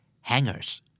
Hangers